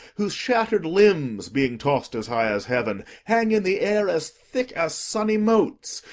whose shatter'd limbs, being toss'd as high as heaven, hang in the air as thick as sunny motes,